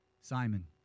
Simon